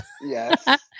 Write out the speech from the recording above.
Yes